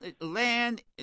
land